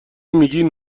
میگین